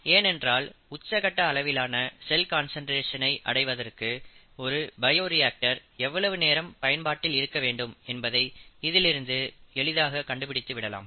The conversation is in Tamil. ஏனென்றால் உச்ச கட்ட அளவிலான செல் கான்சன்ட்ரேஷன் ஐ அடைவதற்கு ஒரு பயோரியாக்டர் எவ்வளவு நேரம் பயன்பாட்டில் இருக்க வேண்டும் என்பதை இதிலிருந்து எளிதாக கண்டுபிடித்து விடலாம்